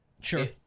sure